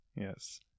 Yes